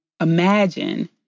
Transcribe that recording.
imagine